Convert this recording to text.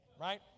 Right